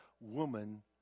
woman